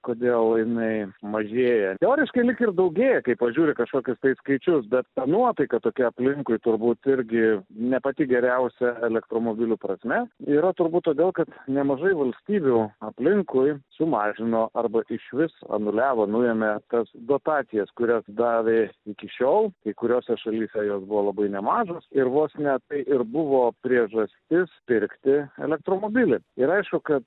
kodėl jinai mažėja teoriškai lyg ir daugėja kai pažiūri kažkokius tai skaičius bet ta nuotaika tokia aplinkui turbūt irgi ne pati geriausia elektromobilių prasme yra turbūt todėl kad nemažai valstybių aplinkui sumažino arba išvis anuliavo nuėmė tas dotacijas kurias davė iki šiol kai kuriose šalyse jos buvo labai nemažos ir vos ne tai ir buvo priežastis pirkti elektromobilį ir aišku kad